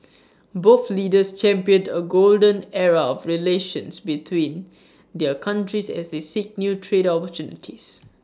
both leaders championed A golden era of relations between their countries as they seek new trade opportunities